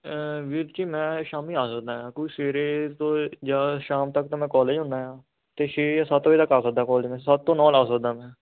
ਵੀਰ ਜੀ ਮੈਂ ਸ਼ਾਮੀਂ ਆ ਸਕਦਾ ਹਾਂ ਕੋਈ ਸਵੇਰੇ ਅਤੇ ਜਾਂ ਸ਼ਾਮ ਤੱਕ ਤਾਂ ਮੈਂ ਕਾਲਜ ਹੁੰਦਾ ਹਾਂ ਅਤੇ ਛੇ ਜਾਂ ਸੱਤ ਵਜੇ ਤੱਕ ਆ ਸਕਦਾ ਕੋਲਜ ਮੈਂ ਸੱਤ ਤੋਂ ਨੌਂ ਲਾ ਸਕਦਾ ਮੈਂ